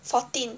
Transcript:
fourteen